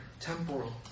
temporal